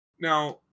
Now